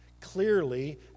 clearly